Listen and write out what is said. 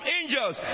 angels